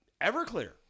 Everclear